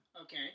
Okay